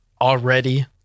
already